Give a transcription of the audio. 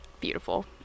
beautiful